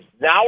Now